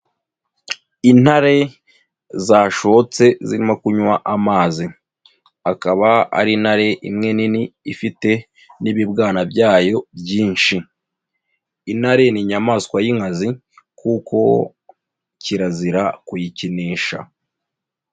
Intare zashotse zirimo kunywa amazi, akaba ari intare imwe nini ifite n'ibibwana byayo byinshi, intare ni inyamaswa y'inkazi kuko kirazira kuyikinisha.